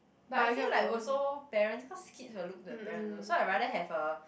but I feel like also parents cause kids will look to their parents also so I rather have a